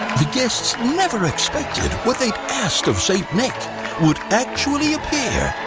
the guests never expected what they'd asked of saint nick would actually appear.